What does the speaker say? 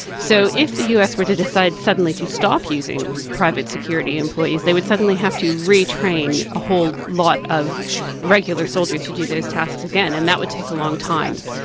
so if the us were to decide suddenly to stop using private security employees they would suddenly have to re-train a whole lot of regular soldiers to do those tasks again and that would take a long time.